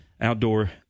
outdoor